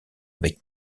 avec